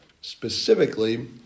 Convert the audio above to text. specifically